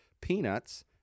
peanuts